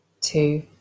two